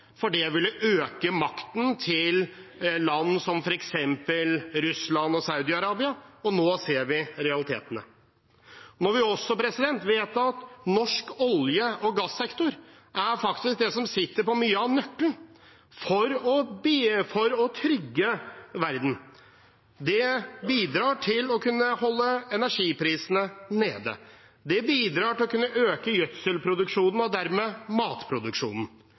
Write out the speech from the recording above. for det ville øke makten til land som f.eks. Russland og Saudi-Arabia. Nå ser vi realitetene. Vi vet også at norsk olje- og gassektor faktisk er den sektoren som sitter på mye av nøkkelen for å trygge verden. Det bidrar til å kunne holde energiprisene nede, det bidrar til å kunne øke gjødselproduksjonen og dermed matproduksjonen.